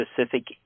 specific